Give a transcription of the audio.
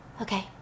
Okay